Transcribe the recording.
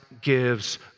gives